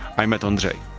i met ondrej.